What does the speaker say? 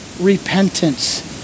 repentance